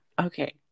Okay